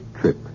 trip